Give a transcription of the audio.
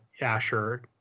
Asher